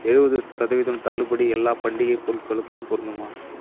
எழுபது சதவீதம் தள்ளுபடி எல்லா பண்டிகை பொருட்களுக்கும் பொருந்துமா